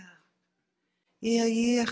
yeah yeah yeah